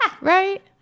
right